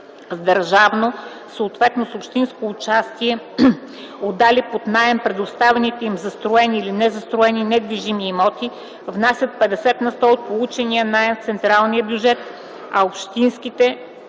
съответно с общинско участие, отдали под наем предоставените им застроени или незастроени недвижими имоти, внасят 50 на сто от получения наем в централния бюджет, а общинските